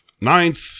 Ninth